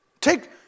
Take